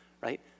right